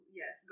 yes